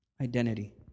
Identity